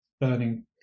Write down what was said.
burning